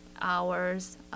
hours